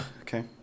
Okay